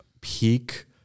peak